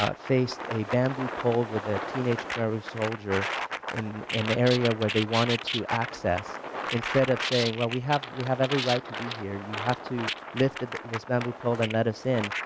ah faced a bamboo pole with a teenage khmer rouge so in an area where they wanted to access instead of saying well we have we have every right to be here you have to lift ah this bamboo pole and let us in,